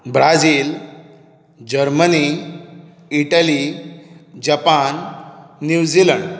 Brazil Germany Italy Japan New Zealand